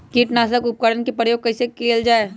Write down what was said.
किटनाशक उपकरन का प्रयोग कइसे कियल जाल?